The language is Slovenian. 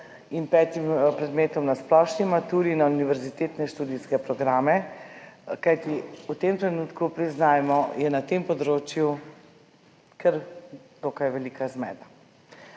in petim predmetom na splošni maturi na univerzitetne študijske programe, kajti v tem trenutku, priznajmo, je na tem področju dokaj velika zmeda.